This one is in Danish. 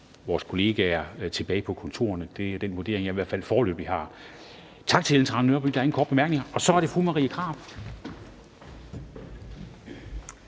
vores kollegaer tilbage på kontorerne. Det er den vurdering, jeg i hvert fald foreløbig har. Tak til fru Ellen Trane Nørby. Der er ingen korte bemærkninger. Så er det fru Marie Krarup.